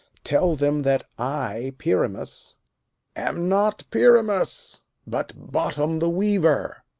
tell them that i pyramus am not pyramus but bottom the weaver.